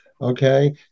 okay